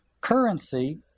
Currency